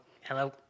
hello